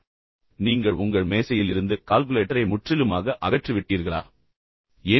எனவே நீங்கள் உங்கள் மேசையில் இருந்து கால்குலேட்டரை முற்றிலுமாக அகற்றிவிட்டீர்களா அல்லது ஒரு கால்குலேட்டரை ஒருபோதும் வாங்கவில்லையா